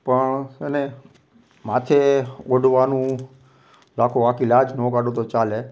પણ છે ને માથે ઓઢવાનું રાખો આખી લાજ ન કાઢો તો ચાલે